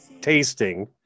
tasting